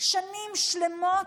שנים שלמות,